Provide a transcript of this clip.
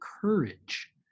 courage